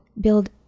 build